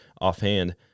offhand